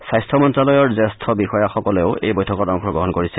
স্বাস্থ্য মন্ত্ৰ্যালয়ৰ জ্যেষ্ঠ বিষয়াসকলেও এই বৈঠকত অংশগ্ৰহণ কৰিছে